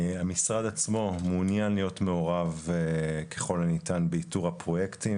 המשרד עצמו מעוניין להיות מעורב ככל הניתן באיתור הפרויקטים